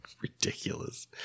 Ridiculous